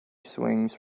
swings